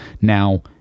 Now